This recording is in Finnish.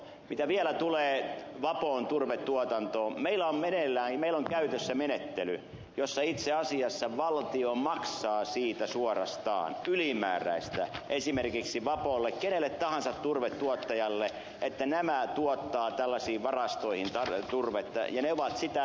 mitä vielä tulee vapon turvetuotantoon meillä on käytössä menettely jossa itse asiassa valtio maksaa siitä suorastaan ylimääräistä esimerkiksi vapolle ja kenelle tahansa turvetuottajalle että nämä tuottavat tällaisiin varastoihin turvetta ja ne ovat sitä noudattaneetkin